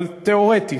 אבל תיאורטית,